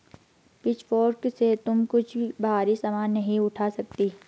pitchfork से तुम कुछ भारी सामान नहीं उठा सकती